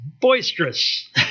boisterous